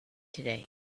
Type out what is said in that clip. today